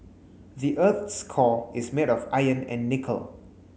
the earth's core is made of iron and nickel